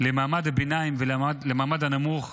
למעמד הביניים ולמעמד הנמוך